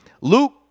Luke